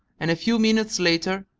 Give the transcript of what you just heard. and a few minutes later,